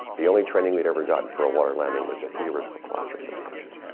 the only training we'd ever gotten for a water landing was a theoretical classroom discussion.